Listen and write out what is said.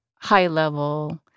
high-level